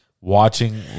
watching